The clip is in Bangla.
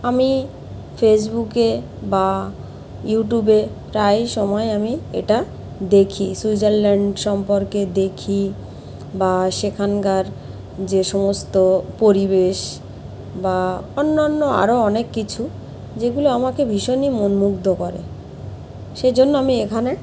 আমি ফেসবুকে বা ইউটিউবে প্রায় সময় আমি এটা দেখি সুইজারল্যান্ড সম্পর্কে দেখি বা সেখানকার যে সমস্ত পরিবেশ বা অন্য অন্য আরও অনেক কিছু যেগুলো আমাকে ভীষণই মনমুগ্ধ করে সেজন্য আমি এখানে